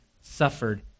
suffered